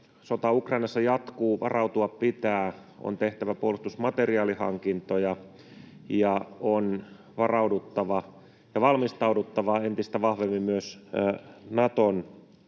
Sota Ukrainassa jatkuu, varautua pitää, on tehtävä puolustusmateriaalihankintoja, ja on varauduttava ja valmistauduttava entistä vahvemmin myös Naton